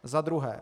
Za druhé.